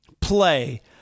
play